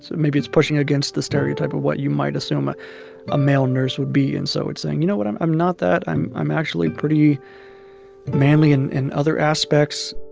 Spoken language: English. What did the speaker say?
maybe it's pushing against the stereotype of what you might assume a ah male nurse would be. and so it's saying, you know what? i'm i'm not that. i'm i'm actually pretty manly and in other aspects